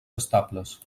estables